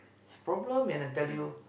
it's problem man I tell you